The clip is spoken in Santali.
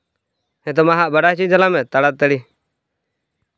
ᱦᱮᱸ ᱛᱚ ᱢᱟ ᱦᱟᱜ ᱵᱟᱲᱟᱭ ᱦᱚᱪᱚᱧ ᱛᱟᱞᱟᱝ ᱢᱮ ᱛᱟᱲᱟᱛᱟᱹᱲᱤ